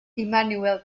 immanuel